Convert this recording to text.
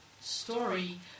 story